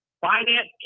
finance